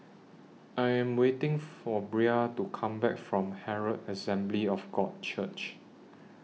I Am waiting For Bria to Come Back from Herald Assembly of God Church